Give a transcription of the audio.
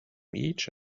each